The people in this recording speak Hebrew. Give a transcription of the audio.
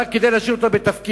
רק כדי להשאיר אותו בתפקיד.